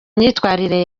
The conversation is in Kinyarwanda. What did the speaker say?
imyitwarire